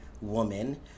woman